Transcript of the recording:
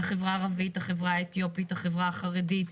החברה הערבית, החברה האתיופית, החברה החרדית.